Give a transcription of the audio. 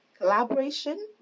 collaboration